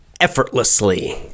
effortlessly